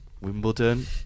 Wimbledon